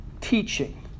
teaching